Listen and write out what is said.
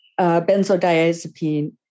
benzodiazepine